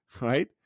right